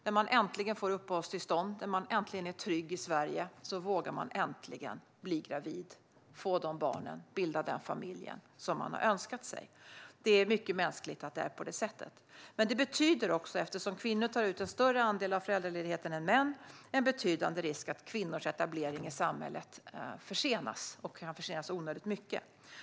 När de äntligen får uppehållstillstånd och är trygga i Sverige vågar de äntligen bli gravida, få de barnen och bilda den familj som de har önskat sig. Det är mycket mänskligt att det är på det sättet. Eftersom kvinnor tar ut en större andel av föräldraledigheten än män är det en betydande risk att kvinnors etablering i samhället försenas och kan försenas onödigt mycket.